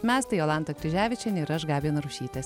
mes tai jolanta kryževičienė ir aš gabija narušytė